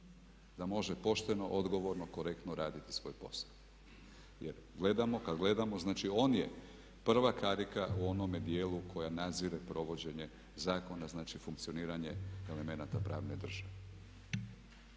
da može pošteno, odgovorno, korektno raditi svoj posao. Jer kad gledamo znači on je prva karika u onome dijelu koja nadzire provođenje zakona, znači funkcioniranje elemenata pravne države.